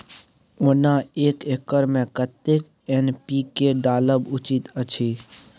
ओना एक एकर मे कतेक एन.पी.के डालब उचित अछि?